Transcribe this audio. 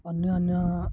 ଅନ୍ୟାନ୍ୟ